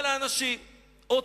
זה לא כמו ב"בית השלום" בחברון,